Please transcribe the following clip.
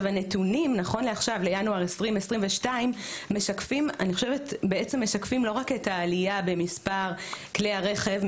הנתונים נכון לינואר 2022 משקפים לא רק את העלייה במספר כלי הרכב.